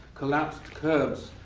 collapsed curbs,